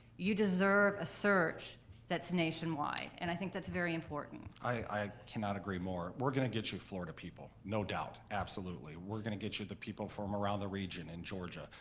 you deserve a search that's nationwide and i think that's very important. i cannot agree more. we're gonna get you florida people, no doubt, absolutely. we're gonna get you the people from around the region in georgia,